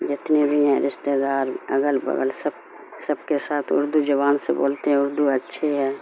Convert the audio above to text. جتنے بھی ہیں رشتے دار اگل بغل سب سب کے ساتھ اردو زبان سے بولتے ہیں اردو اچھی ہے